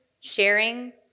sharing